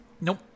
Nope